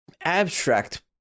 abstract